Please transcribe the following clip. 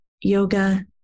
Yoga